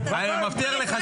אתה --- לדבריו.